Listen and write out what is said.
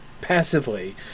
passively